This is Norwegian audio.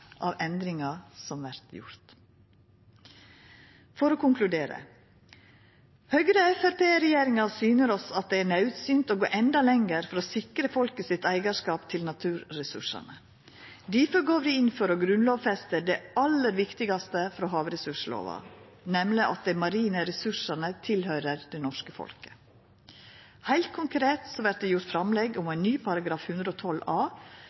av endringar som vert gjorde. For å konkludera: Høgre–Framstegsparti-regjeringa syner oss at det er naudsynt å gå endå lenger for sikra folket sitt eigarskap til naturressursane. Difor går vi inn for å grunnlovfesta det aller viktigaste frå havressurslova, nemleg at dei marine ressursane høyrer til det norske folket. Heilt konkret vert det gjort framlegg om ein ny § 112 a,